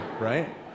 right